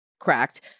Cracked